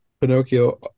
Pinocchio